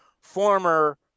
Former